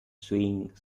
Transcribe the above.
suing